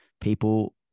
people